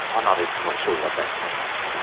ah not even quite sure what that means.